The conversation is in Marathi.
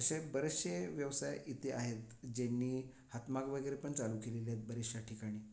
असे बरेचसे व्यवसाय इथे आहेत ज्यांनी हातमाग वगैरे पण चालू केलेले येत बऱ्याचश्या ठिकाणी